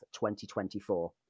2024